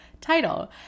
Title